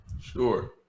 Sure